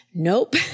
Nope